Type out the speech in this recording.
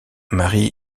marie